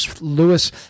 Lewis